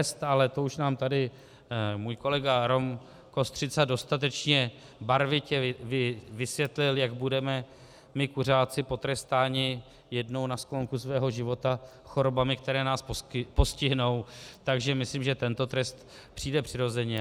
Ale to už nám tady můj kolega Rom Kostřica dostatečně barvitě vysvětlil, jak budeme my kuřáci potrestáni jednou na sklonku svého života chorobami, které nás postihnou, takže myslím, že tento trest přijde přirozeně.